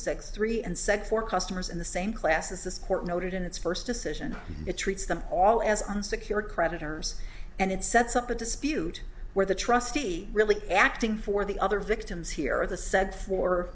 six three and sec for customers in the same class as this court noted in its first decision it treats them all as unsecured creditors and it sets up a dispute where the trustee really acting for the other victims here or the said for